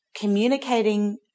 communicating